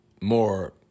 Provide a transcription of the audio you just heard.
more